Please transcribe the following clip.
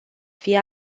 fie